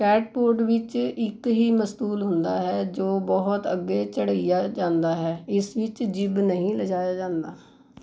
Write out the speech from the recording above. catboat ਵਿੱਚ ਇੱਕ ਹੀ ਮਸਤੂਲ ਹੁੰਦਾ ਹੈ ਜੋ ਬਹੁਤ ਅੱਗੇ ਚੜ੍ਹਈਆ ਜਾਂਦਾ ਹੈ ਇਸ ਵਿੱਚ ਜਿਬ ਨਹੀਂ ਲਿਜਾਇਆ ਜਾਂਦਾ